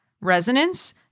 resonance